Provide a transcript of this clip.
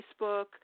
Facebook